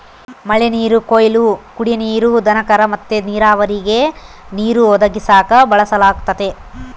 ಮಳೆನೀರು ಕೊಯ್ಲು ಕುಡೇ ನೀರು, ದನಕರ ಮತ್ತೆ ನೀರಾವರಿಗೆ ನೀರು ಒದಗಿಸಾಕ ಬಳಸಲಾಗತತೆ